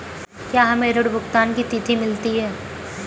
क्या हमें ऋण भुगतान की तिथि मिलती है?